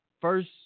First